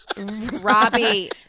Robbie